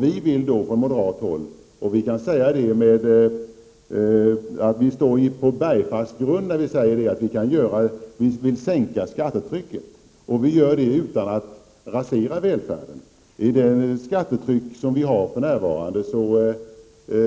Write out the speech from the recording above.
Vi vill från moderat håll sänka skattetrycket. Vi står på en bergfast grund när vi säger det. Vi vill sänka skattetrycket utan att rasera välfärden. Vi